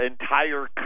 entire